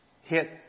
hit